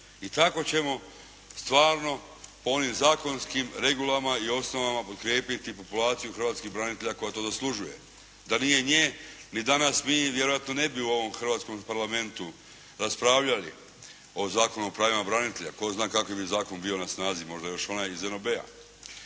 I tako ćemo stvarno po onim zakonskim regulama i osnovama potkrijepiti populaciju hrvatskih branitelja koja to zaslužuje. Da nije nje, mi danas vjerojatno ne bi u ovom hrvatskom Parlamentu raspravljali o Zakonu o pravima branitelja, tko zna kakav bi zakon bio na snazi, možda još onaj iz NOB-a.